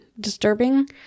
disturbing